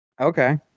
Okay